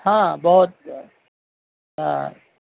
ہاں بہت ہاں